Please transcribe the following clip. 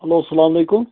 hello اَلسَلامُ علیکُم